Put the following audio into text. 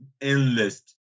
endless